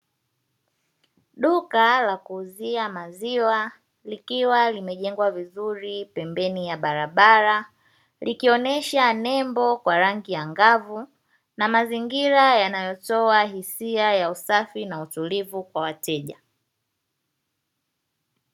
Duka la kuuzia maziwa likiwa limejengwa vizuri, pembeni ya barabara likionesha nembo kwa rangi angavu, na mazingira yanayotoa hisia ya usafi na utulivu kwa wateja.